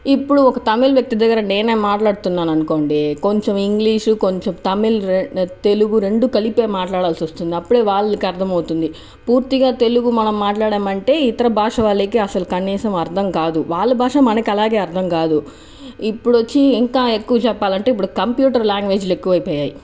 ఇప్పుడు ఒక తమిళ్ వ్యక్తి దెగ్గర నేనే మాట్లాడుతున్నాను అనుకోండి కొంచం ఇంగ్లీషు కొంచం తమిళ్ రే తెలుగు రెండు కలిపే మాట్లాడాల్సి వస్తుంది అప్పుడే వాళ్ళకి అర్థమవుతుంది పూర్తిగా తెలుగు మనం మాట్లాడము అంటే ఇతర భాష వాళ్ళకు అస్సలు కనీసం అర్థం కాదు వాళ్ళ భాష మనకు అలాగే అర్థం కాదు ఇప్పుడు వచ్చి ఇంకా ఎక్కువ చెప్పాలి అంటే ఇప్పుడు కంప్యూటర్ లాంగ్వేజ్లు ఎక్కువ అయిపోయాయి